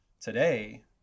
today